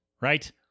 right